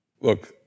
Look